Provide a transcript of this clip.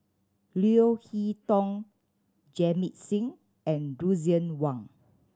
Leo Hee Tong Jamit Singh and Lucien Wang